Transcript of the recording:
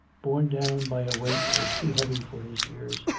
borne down by a weight that was too heavy for his years.